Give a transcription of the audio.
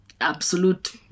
absolute